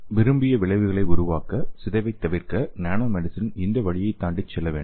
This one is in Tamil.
எனவே விரும்பிய விளைவுகளை உருவாக்க சிதைவை தவிர்க்க நானோமெடிசின் இந்த வழியைக் தாண்டி செல்ல வேண்டும்